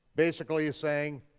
basically he's saying,